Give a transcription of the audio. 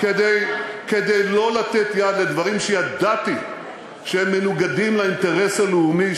כדי לא לתת יד לדברים שידעתי שהם מנוגדים לאינטרס הלאומי,